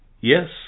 Yes